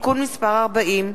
(תיקון מס' 40),